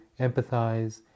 empathize